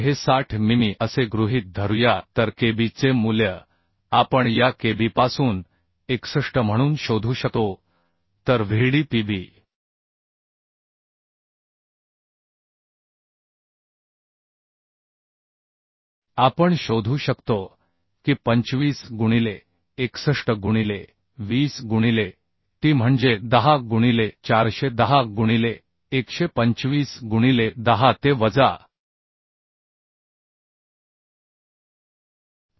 p हे 60 मिमी असे गृहीत धरूया तर Kb चे मूल्य आपण या Kb पासून 061 म्हणून शोधू शकतो तर Vdpb आपण शोधू शकतो की 25 गुणिले 061 गुणिले 20 गुणिले t म्हणजे 10 गुणिले 410 गुणिले 125 गुणिले 10 चा घातांक वजा3